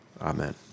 Amen